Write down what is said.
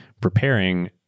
preparing